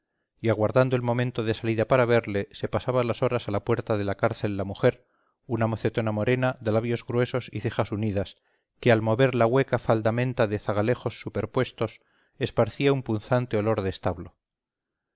y aguardando el momento de salida para verle se pasaba las horas a la puerta de la cárcel la mujer una mocetona morena de labios gruesos y cejas unidas que al mover la hueca faldamenta de zagalejos superpuestos esparcía un punzante olor de establo